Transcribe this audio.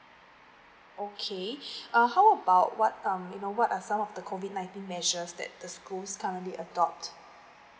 okay uh how about what um you know what are some of the COVID nineteen measures that the schools currently adopt